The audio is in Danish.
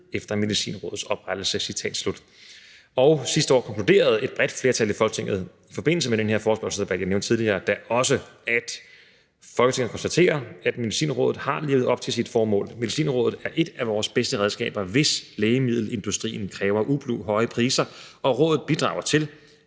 efter Medicinrådets oprettelse. Citat slut. Sidste år konkluderede et bredt flertal i Folketinget da også i forbindelse med den her forespørgselsdebat, jeg nævnte tidligere, at »Folketinget konstaterer, ... at Medicinrådet har levet op til sit formål. ... Medicinrådet er et af vores bedste redskaber, hvis lægemiddelindustrien kræver ublu høje priser, og rådet bidrager til,